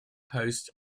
post